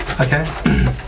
Okay